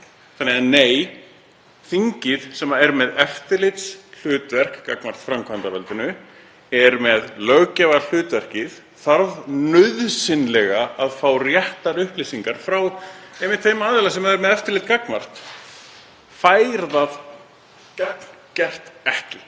Þannig að: Nei, þingið sem er með eftirlitshlutverk gagnvart framkvæmdarvaldinu, er með löggjafarhlutverkið, þarf nauðsynlega að fá réttar upplýsingar frá einmitt þeim aðila sem það er með eftirlit gagnvart en fær þær gagngert ekki.